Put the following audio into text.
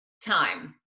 time